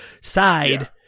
side